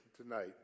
tonight